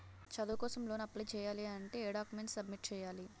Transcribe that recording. చదువు కోసం loan apply చేయాలి అంటే ఎం డాక్యుమెంట్స్ సబ్మిట్ చేయాలి?